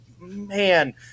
man –